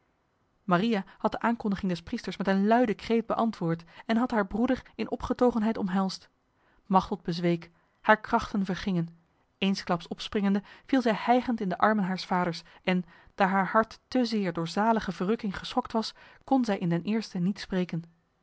maria had de aankondiging des priesters met een luide kreet beantwoord en had haar broeder in opgetogenheid omhelsd machteld bezweek haar krachten vergingen eensklaps opspringende viel zij hijgend in de armen haars vaders en daar haar hart te zeer door zalige verrukking geschokt was kon zij in den eerste niet spreken